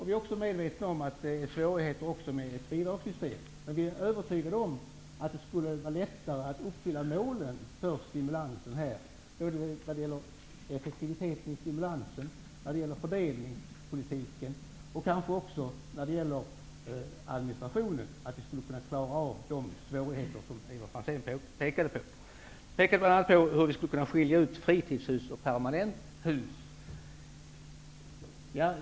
Vi är medvetna om att det finns svårigheter också med ett bidragssystem, men vi är övertygade om att det skulle vara lättare att uppfylla målen när det gäller effektiviteten i stimulansen och när det gäller fördelningspolitiken, och när det gäller administrationen skulle vi nog kunna klara av de svårigheter Ivar Franzén har pekat på. Han pekade på svårigheten att skilja mellan fritidshus och permanenthus.